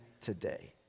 today